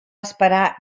esperar